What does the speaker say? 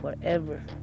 forever